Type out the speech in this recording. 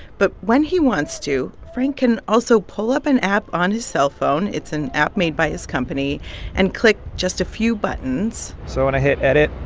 but when he wants to, frank can also pull up an app on his cell phone it's an app made by his company and click just a few buttons so when i hit edit,